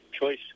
Choice